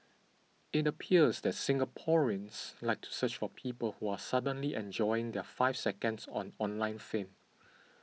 it appears that Singaporeans like to search for people who are suddenly enjoying their five seconds on online fame